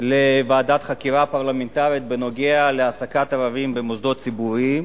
לוועדת חקירה פרלמנטרית בנוגע להעסקת ערבים במוסדות ציבוריים,